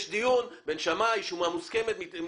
יש דיון בין שמאי, מתווכחים,